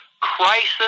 Crisis